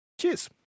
cheers